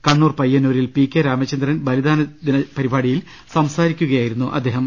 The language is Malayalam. കണ്ണൂർ പയ്യന്നൂരിൽ പി കെ രാമചന്ദ്രൻ ബലിദാനദിന പരിപാടിയിൽ സംസാരിക്കുകയായിരുന്നു അദ്ദേഹം